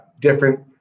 different